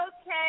Okay